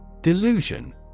Delusion